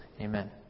Amen